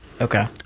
Okay